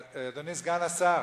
אדוני סגן השר,